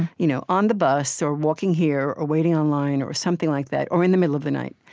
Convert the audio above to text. you know on the bus or walking here or waiting on line or something like that, or in the middle of the night.